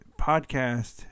podcast